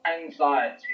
anxiety